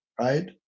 right